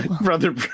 Brother